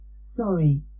Sorry